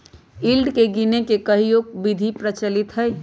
yield के गीनेए के कयहो विधि प्रचलित हइ